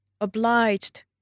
Obliged